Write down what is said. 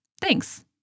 Thanks